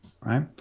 right